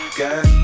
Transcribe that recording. got